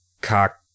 cock